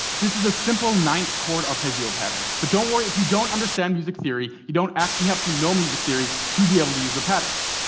this is a simple ninth chord arpeggio pattern. but don't worry if you don't understand music theory you don't have to know music theory to be able to use the pattern.